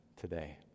today